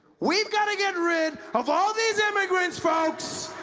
we've got to get rid of all these immigrants folks!